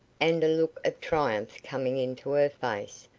and a look of triumph coming into her face,